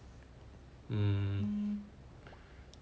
um